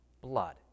blood